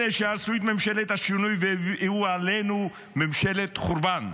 אלו שהרסו את ממשלת השינוי והביאו עלינו ממשלת חורבן.